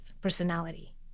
personality